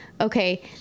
okay